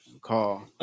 call